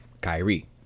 Kyrie